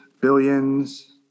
Billions